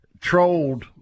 trolled